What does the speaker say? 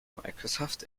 microsoft